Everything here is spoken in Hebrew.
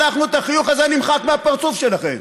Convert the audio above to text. אנחנו את החיוך הזה נמחק מהפרצוף שלכם